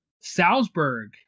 Salzburg